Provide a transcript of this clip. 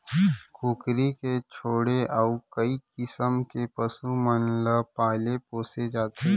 कुकरी के छोड़े अउ कई किसम के पसु मन ल पाले पोसे जाथे